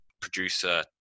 producer